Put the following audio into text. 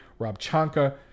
Robchanka